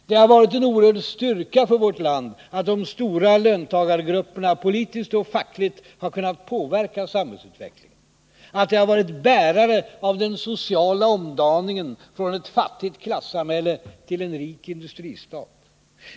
Det har varit en oerhörd styrka för vårt land att de stora löntagargrupperna politiskt och fackligt har kunnat påverka samhällsutvecklingen, att de har varit bärare av den sociala omdaningen från ett fattigt klassamhälle till en rik industristat.